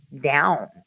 down